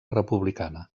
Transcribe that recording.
republicana